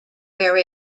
where